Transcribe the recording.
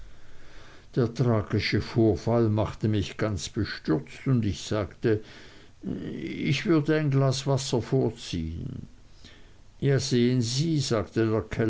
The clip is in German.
der tragische vorfall machte mich ganz bestürzt und ich sagte ich würde ein glas wasser vorziehen ja sehen sie sagte der